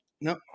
no